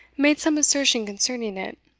made some assertion concerning it,